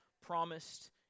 promised